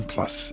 Plus